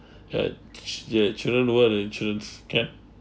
uh the children world the insurance can